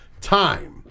time